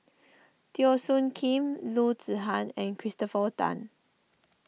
Teo Soon Kim Loo Zihan and Christopher Tan